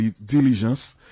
diligence